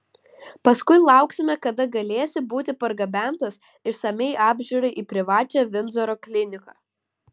paskui lauksime kada galėsi būti pergabentas išsamiai apžiūrai į privačią vindzoro kliniką